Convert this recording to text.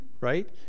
Right